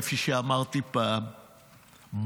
כפי שאמרתי פעם,